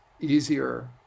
easier